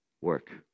work